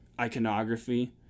iconography